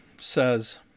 says